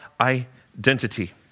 identity